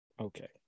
Okay